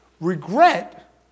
Regret